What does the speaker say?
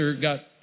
got